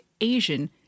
Asian